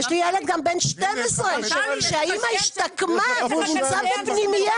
יש לי ילד בן 12 שהאמא השתקמה והוא נמצא בפנימייה,